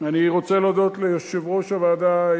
אני רוצה להודות ליושב-ראש הוועדה,